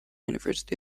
university